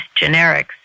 generics